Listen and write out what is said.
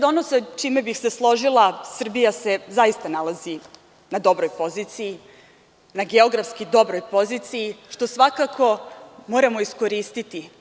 Ono sa čime bi se složila, Srbija se zaista nalazi na dobroj poziciji, na geografskoj dobroj poziciji, što svakako moramo iskoristiti.